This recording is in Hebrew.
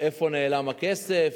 לאיפה נעלם הכסף,